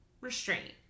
restraint